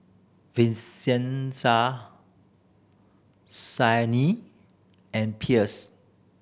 Vincenza and Pierce